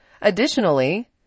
Additionally